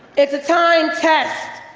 it's a timed test.